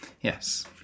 Yes